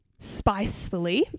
Spicefully